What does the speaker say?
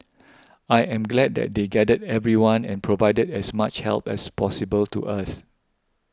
I am glad that they gathered everyone and provided as much help as possible to us